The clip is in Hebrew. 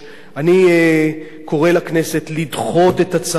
אני קורא לכנסת לדחות את הצעת החוק